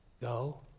go